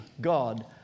God